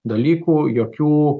dalykų jokių